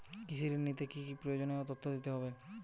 কৃষি ঋণ নিতে কি কি প্রয়োজনীয় তথ্য দিতে হবে?